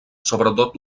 sobretot